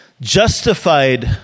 Justified